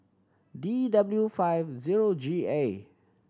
D W five zero G A